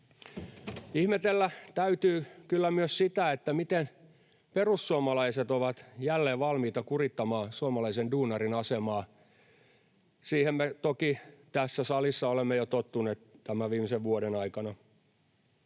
Ihmetellä täytyy kyllä myös sitä, miten perussuomalaiset ovat jälleen valmiita kurittamaan suomalaisen duunarin asemaa. Siihen me toki tässä salissa olemme jo tottuneet tämän viimeisen vuoden aikana.